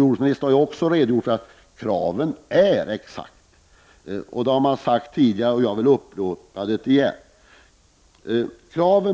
jordbruksministern har ju redogjort för detta och sagt att kraven är exakt lika.